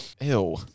Ew